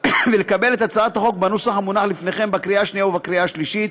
ולקבל את הצעת החוק בנוסח המונח לפניכם בקריאה השנייה ובקריאה השלישית.